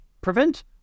prevent